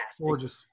gorgeous